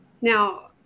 Now